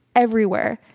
everywhere.